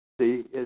See